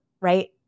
right